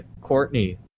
Courtney